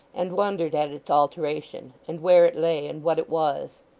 and wondered at its alteration, and where it lay, and what it was.